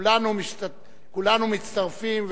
כולנו מצטרפים,